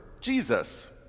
Jesus